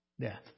Death